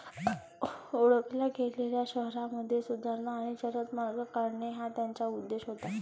ओळखल्या गेलेल्या शहरांमध्ये सुधारणा आणि जलद मार्ग काढणे हा त्याचा उद्देश होता